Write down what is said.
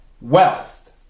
wealth